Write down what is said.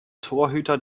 torhüter